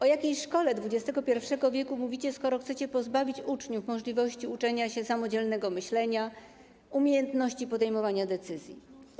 O jakiej szkole XXI w. mówicie, skoro chcecie pozbawić uczniów możliwości uczenia się samodzielnego myślenia, umiejętności podejmowania decyzji?